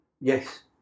Yes